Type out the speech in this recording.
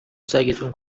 سگتون